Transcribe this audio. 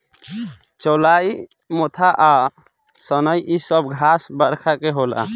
चौलाई मोथा आ सनइ इ सब घास बरखा में होला